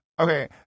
Okay